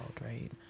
right